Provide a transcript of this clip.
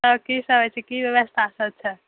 की सभ होइ छै की व्यवस्थासभ छै